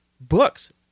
books